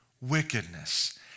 wickedness